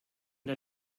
der